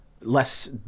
less